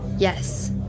Yes